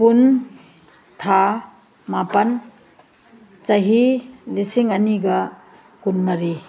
ꯀꯨꯟ ꯊꯥ ꯃꯥꯄꯟ ꯆꯍꯤ ꯂꯤꯁꯤꯡ ꯑꯅꯤꯒ ꯀꯨꯟꯃꯔꯤ